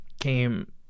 came